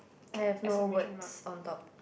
I have no words on top